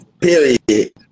Period